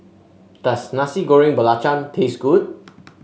does Nasi Goreng Belacan taste good